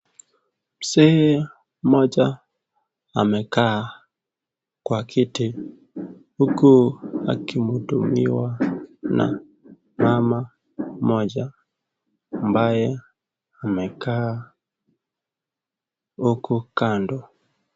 Mzee mmoja amekaa kwa kiti huku akihudumiwa na mama mmoja ambaye amekaa huku kando.